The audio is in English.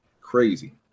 Crazy